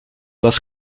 was